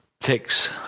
takes